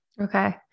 Okay